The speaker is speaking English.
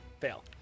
Fail